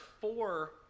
four